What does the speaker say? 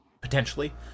potentially